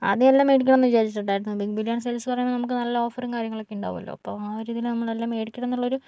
ആദ്യമെല്ലാം മേടിക്കണമെന്ന് വിചാരിച്ചിട്ടുണ്ടായിരുന്നു big billion sales പറയണ നമുക്ക് നല്ല ഓഫറും കാര്യങ്ങളൊക്കെ ഉണ്ടാകുമല്ലോ അപ്പോൾ ആ ഒരിതില് നമ്മളെല്ലാം മേടിക്കണമെന്നുള്ളൊര്